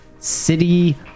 city